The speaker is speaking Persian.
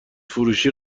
فروشی